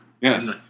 Yes